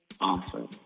Awesome